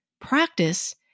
practice